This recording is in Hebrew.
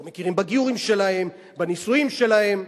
לא מכירים בגיורים שלהם, בנישואים שלהם,